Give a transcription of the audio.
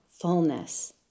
fullness